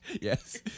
Yes